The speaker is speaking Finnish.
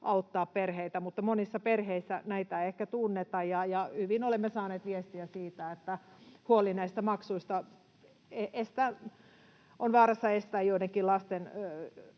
auttaa perheitä, mutta monissa perheissä näitä ei ehkä tunneta. Olemme saaneet viestiä siitä, että huoli näistä maksuista on vaarassa estää joidenkin lasten